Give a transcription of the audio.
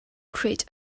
create